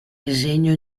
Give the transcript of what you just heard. disegno